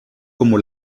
como